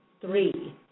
three